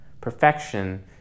Perfection